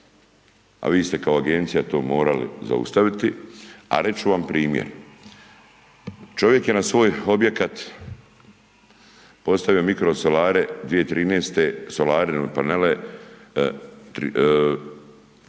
a vi ste kao agencija to morali zaustaviti a reći ću vam primjer. Čovjek je na svoj objekat postavio mikrosolare 2013., solarine panele,